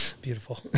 beautiful